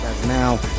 now